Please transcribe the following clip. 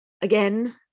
Again